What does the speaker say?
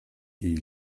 die